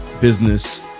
business